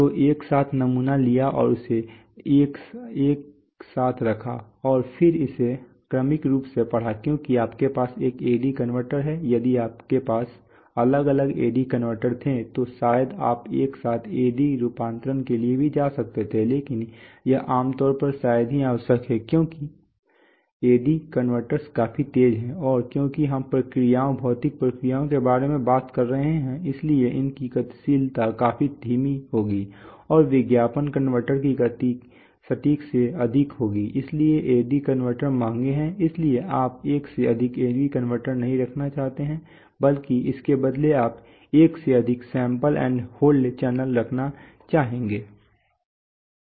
तो एक साथ नमूना लिया और इसे एक साथ रखा और फिर इसे क्रमिक रूप से पढ़ा क्योंकि आपके पास एक AD कनवर्टर है यदि आपके पास अलग अलग AD कन्वर्टर्स थे तो शायद आप एक साथ AD रूपांतरण के लिए भी जा सकते थे लेकिन यह आमतौर पर शायद ही आवश्यक है क्योंकि AD कन्वर्टर्स काफी तेज हैं और क्योंकि हम प्रक्रियाओं भौतिक प्रक्रियाओं के बारे में बात कर रहे हैं इसलिए उनकी गतिशीलता काफी धीमी होगी और विज्ञापन कनवर्टर की गति सटीक से अधिक होगी इसलिए AD कनवर्टर महंगे हैं इसलिए आप एक से अधिक AD कन्वर्टर्स नहीं रखना चाहते हैं बल्कि इसके बदले आप एक से अधिक सैंपल एंड होल्ड चैनल रखना चाहेंगे